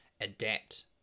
adapt